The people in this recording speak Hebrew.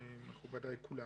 מכובדיי כולם,